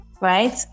right